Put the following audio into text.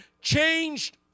changed